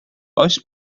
oes